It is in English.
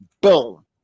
boom